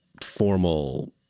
formal